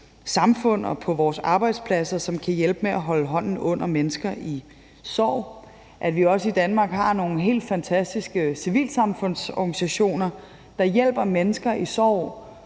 samfund og på vores arbejdspladser, som kan hjælpe med at holde hånden under mennesker i sorg, og at vi også i Danmark har nogle helt fantastiske civilsamfundsorganisationer, der hjælper mennesker i sorg,